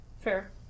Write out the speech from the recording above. Fair